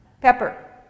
pepper